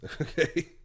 Okay